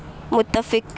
متفق